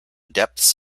depths